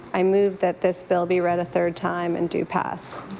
i move that this bill be read a third time and do pass.